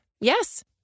Yes